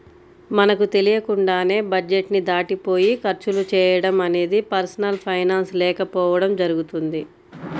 మనకు తెలియకుండానే బడ్జెట్ ని దాటిపోయి ఖర్చులు చేయడం అనేది పర్సనల్ ఫైనాన్స్ లేకపోవడం జరుగుతుంది